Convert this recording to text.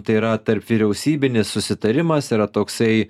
tai yra tarpvyriausybinis susitarimas yra toksai